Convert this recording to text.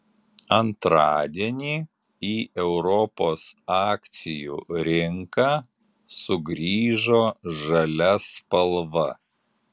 antradienį į europos akcijų rinką sugrįžo žalia spalva